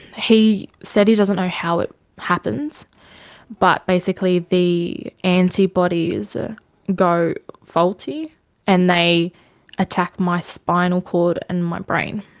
he said he doesn't know how it happens but basically the antibodies ah go faulty and they attack my spinal cord and my brain.